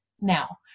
Now